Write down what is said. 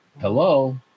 hello